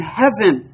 heaven